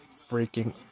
freaking